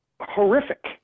Horrific